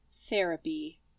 therapy